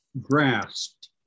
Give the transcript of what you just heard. grasped